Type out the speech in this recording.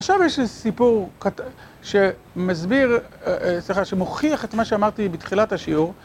עכשיו יש לי סיפור שמסביר, סליחה, שמוכיח את מה שאמרתי בתחילת השיעור.